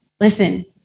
Listen